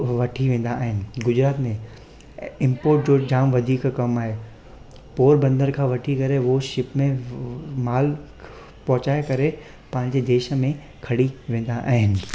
वठी वेंदा आहिनि गुजरात में ऐं इंपोट जो जाम वधीक कमु आहे पोरबंदर खां वठी करे वो शिप में माल पहुचाए करे पंहिंजे देश में खणी वेंदा आहिनि